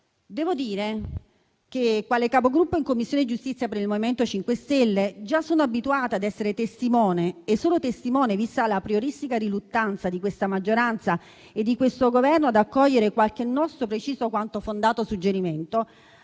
Devo dire che, quale Capogruppo in Commissione giustizia per il Movimento 5 Stelle, sono già abituata ad essere testimone (e sono testimone, vista la aprioristica riluttanza di questa maggioranza e di questo Governo ad accogliere qualche nostro preciso quanto fondato suggerimento)